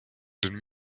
den